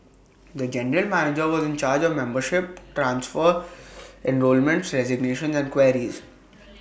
the general manager was in charge of membership transfers enrolments resignations and queries